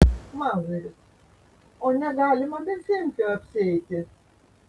mauzeris o negalima be semkių apsieiti